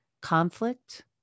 conflict